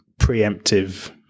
preemptive